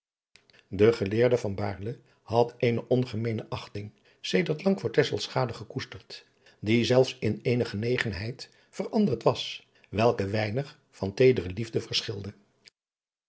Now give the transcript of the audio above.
de geleerde van baerle had eene ongemeene achting sedert lang voor tesselschade gekoesterd die zelfs in eene genegenheid veranderd was welke weinig van teedere liefde verschilde